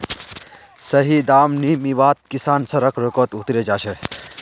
सही दाम नी मीवात किसान सड़क रोकोत उतरे जा छे